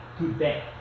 today